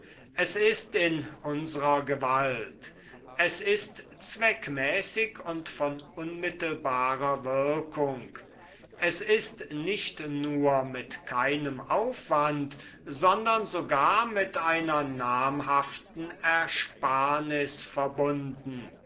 es ist in unsrer gewalt es ist zweckmäßig und von unmittelbarer wirkung es ist nicht nur mit keinem aufwand sondern sogar mit einer namhaften ersparnis verbunden